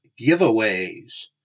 giveaways